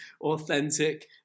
authentic